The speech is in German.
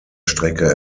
strecke